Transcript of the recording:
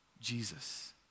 Jesus